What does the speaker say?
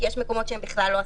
כי יש מקומות שהם בכלל לא עסקים.